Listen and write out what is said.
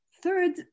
Third